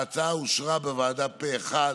ההצעה אושרה בוועדה פה אחד